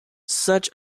such